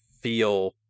feel